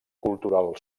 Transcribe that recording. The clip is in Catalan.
cultural